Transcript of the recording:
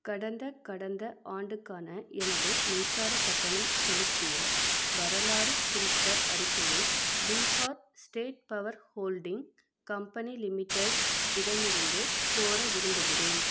கடந்த கடந்த ஆண்டுக்கான எனது மின்சாரக் கட்டணம் செலுத்திய வரலாறு குறித்த அறிக்கையை Bihar State Power Holding Company Limited இடமிருந்து கோர விரும்புகிறேன்